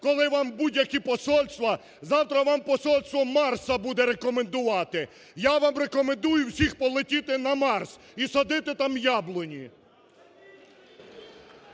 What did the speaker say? коли вам будь-які посольства… Завтра вам посольство Марса буде рекомендувати. Я вам рекомендую всім полетіти на Марс і садити там яблуні.